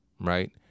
right